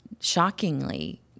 shockingly